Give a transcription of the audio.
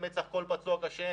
כל מקרה של פצוע קשה,